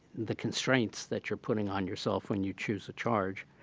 the constraints that you're putting on yourself when you choose a charge.